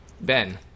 Ben